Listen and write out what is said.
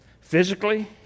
physically